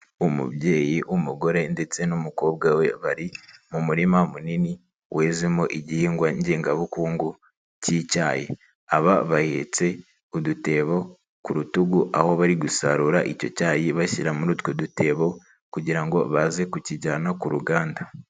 Umubyeyi w'umugore ndetse n'umukobwa we bari mu murima munini wezemo igihingwa ngengabukungu k'icyayi, aba bahetse udutebo ku rutugu aho bari gusarura icyo cyayi bashyira muri utwo dutebo kugira ngo baze kukijyana ku ruganda.